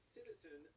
Citizen